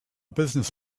business